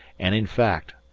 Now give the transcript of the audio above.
and, in fact,